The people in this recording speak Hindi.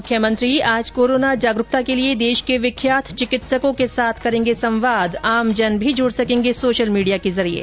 मुख्यमंत्री आज कोरोना जागरूकता के लिए देश के विख्यात चिकित्सकों के साथ करेंगे संवाद आमजन भी जुड़ सकेंगे सोशल मीडिया के जरिये